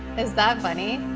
is that funny?